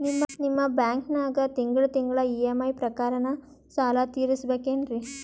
ನಿಮ್ಮ ಬ್ಯಾಂಕನಾಗ ತಿಂಗಳ ತಿಂಗಳ ಇ.ಎಂ.ಐ ಪ್ರಕಾರನ ಸಾಲ ತೀರಿಸಬೇಕೆನ್ರೀ?